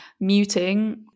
muting